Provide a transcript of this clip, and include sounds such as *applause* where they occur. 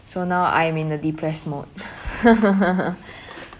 so now I'm in the depressed mode *laughs*